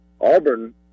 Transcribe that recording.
Auburn